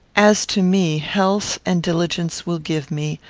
as to me, health and diligence will give me,